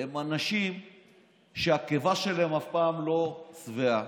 הם אנשים שהקיבה שלהם אף פעם לא שבעה,